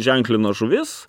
ženklino žuvis